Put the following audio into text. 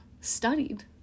studied